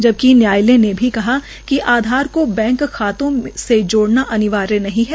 जबकि न्यायालय ने ये भी कहा कि आधार के बैंक से जोड़ना अनिवार्य नहीं है